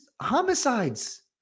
Homicides